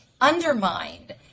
undermined